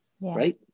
right